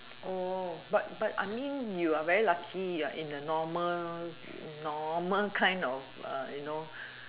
oh but but I mean you are very lucky you are in the normal normal kind of you know